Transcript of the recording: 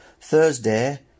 Thursday